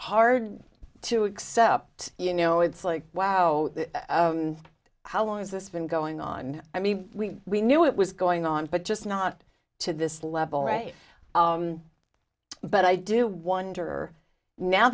hard to accept you know it's like wow how long has this been going on i mean we we knew it was going on but just not to this level right but i do wonder now